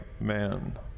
man